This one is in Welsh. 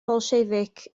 bolsiefic